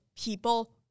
people